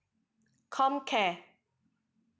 comcare